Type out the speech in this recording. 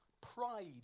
pride